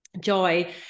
joy